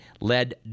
led